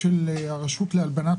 מר מתניהו אנגלמן,